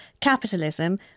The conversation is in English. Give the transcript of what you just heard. capitalism